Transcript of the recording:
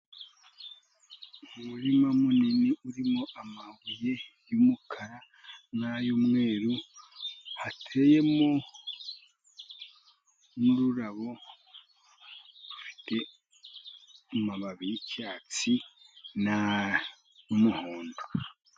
Umurima munini urimo amabuye y'umukara n'ayumweru, hateyemo n'ururabo ufite amababi y'icyatsi n'umuhondo.